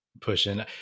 pushing